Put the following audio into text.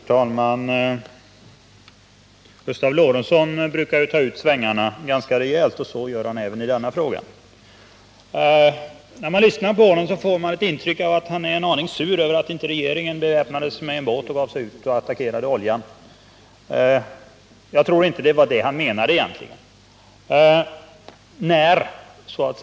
Herr talman! Gustav Lorentzon brukar ta ut svängarna ganska rejält, så även i denna fråga. När man lyssnar på honom får man ett intryck av att han är en aning sur för att regeringen inte beväpnar sig med en båt och går ut och angriper oljan. Jag tror dock inte det egentligen var detta han menade.